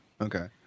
okay